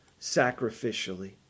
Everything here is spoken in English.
sacrificially